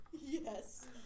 Yes